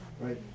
right